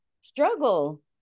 struggle